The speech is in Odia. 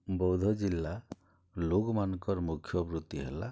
ବୌଦ୍ଧ ଜିଲ୍ଲା ଲୋକ୍ମାନ୍କର୍ ମୁଖ୍ୟ ବୃତ୍ତି ହେଲା